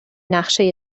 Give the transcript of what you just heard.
نقشه